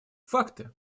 факты